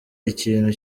ikintu